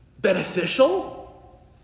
beneficial